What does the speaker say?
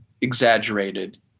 exaggerated